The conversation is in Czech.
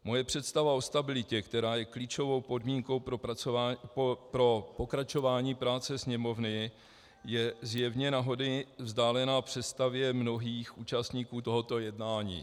Moje představa o stabilitě, která je klíčovou podmínkou pro pokračování práce Sněmovny, je zjevně na hony vzdálená představě mnohých účastníků tohoto jednání.